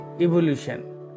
evolution